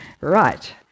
Right